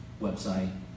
website